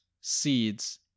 seeds